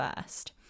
first